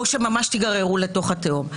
או שממש תיגררו לתוך התהום.